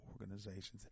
organizations